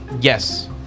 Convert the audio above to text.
Yes